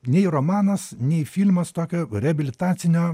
nei romanas nei filmas tokio reabilitacinio